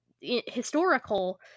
historical